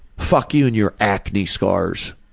fuck you and your acne scars!